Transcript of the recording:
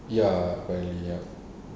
ya apparently ya